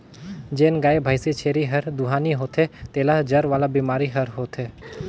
जेन गाय, भइसी, छेरी हर दुहानी होथे तेला जर वाला बेमारी हर होथे